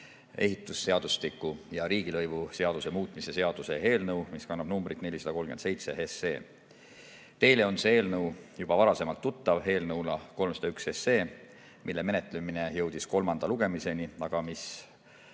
ehitusseadustiku ja riigilõivuseaduse muutmise seaduse eelnõu, mis kannab numbrit 437. Teile on see eelnõu juba varasemalt tuttav eelnõuna 301, mille menetlemine jõudis kolmanda lugemiseni, aga mis